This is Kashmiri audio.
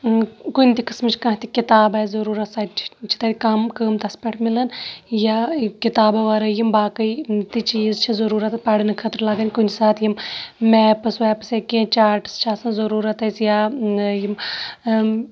کُنہِ تہِ قٕسمٕچ کانٛہہ تہِ کِتاب آسہِ ضٔروٗرت سۄ تہِ چھِ تَتہِ کَم قۭمتَس پٮ۪ٹھ مِلان یا کِتابو وَرٲے یِم باقٕے تہِ چیٖز چھِ ضٔروٗرت پَرنہٕ خٲطرٕ لَگان کُنہِ ساتہٕ یِم میپٕس ویپٕس یا کینٛہہ چاٹٕس چھِ آسان ضٔروٗرت اَسہِ یا یِم